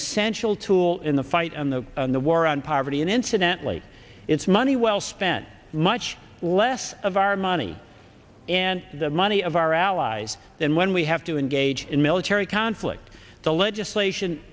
essential tool in the fight on the on the war on poverty and incidentally it's money well spent much less of our money and the money of our allies than when we have to engage in military conflict the legislation